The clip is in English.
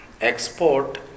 export